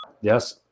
Yes